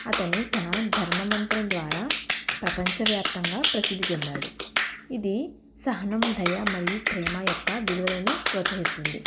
అతను తన ధర్మ మంత్రం ద్వారా ప్రపంచ వ్యాప్తంగా ప్రసిద్ధి చెందాడు ఇది సహనం దయ మరియు ప్రేమ యొక్క విలువలను ప్రోత్సహిస్తుంది